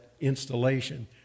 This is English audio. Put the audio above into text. installation